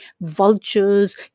vultures